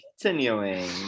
Continuing